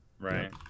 Right